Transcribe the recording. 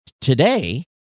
today